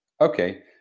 okay